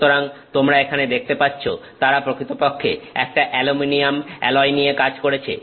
সুতরাং তোমরা এখানে দেখতে পাচ্ছ তারা প্রকৃতপক্ষে একটা অ্যালুমিনিয়াম অ্যালয় নিয়ে কাজ করেছে